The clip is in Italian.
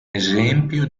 esempio